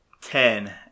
ten